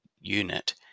unit